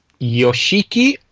Yoshiki